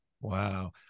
wow